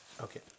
Okay